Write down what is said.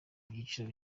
byiciro